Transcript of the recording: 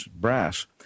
brass